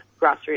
grassroots